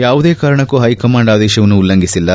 ಯಾವುದೇ ಕಾರಣಕ್ಕೂ ಹೈಕಮಾಂಡ್ ಆದೇಶವನ್ನು ಉಲ್ಲಂಘಿಸಿಲ್ಲ